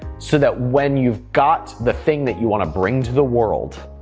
so that when you've got the thing that you wanna bring to the world,